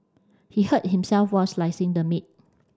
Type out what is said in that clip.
he hurt himself while slicing the meat